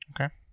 Okay